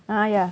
(uh huh) ya